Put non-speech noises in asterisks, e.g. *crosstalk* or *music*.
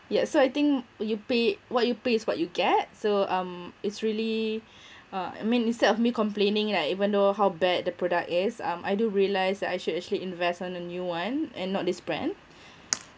yeah so I think you pay what you pay is what you get so um it's really *breath* uh I mean instead of me complaining like even though how bad the product is um I do realise that I should actually invest on a new one and not this brand *breath*